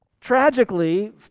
Tragically